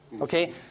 Okay